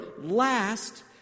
last